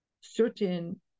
certain